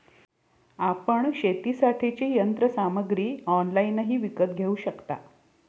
आपण शेतीसाठीची यंत्रसामग्री ऑनलाइनही विकत घेऊ शकता